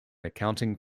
accounting